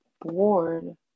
bored